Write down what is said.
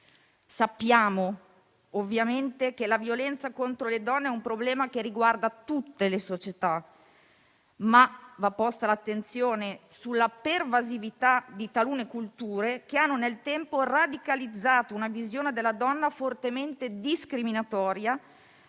Sappiamo ovviamente che la violenza contro le donne è un problema che riguarda tutte le società, ma va posta l'attenzione sulla pervasività di talune culture che hanno nel tempo radicalizzato una visione della donna fortemente discriminatoria,